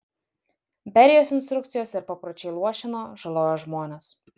berijos instrukcijos ir papročiai luošino žalojo žmones